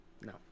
no